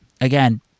again